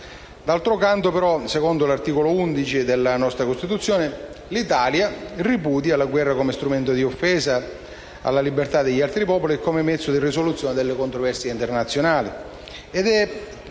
D'altro canto, però, secondo l'articolo 11 della nostra Costituzione: «L'Italia ripudia la guerra come strumento di offesa alla libertà degli altri popoli e come mezzo di risoluzione delle controversie internazionali».